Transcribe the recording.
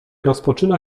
rozpoczyna